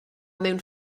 mewn